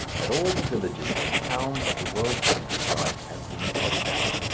that all the villages and towns of the world's country-side have been plotted out.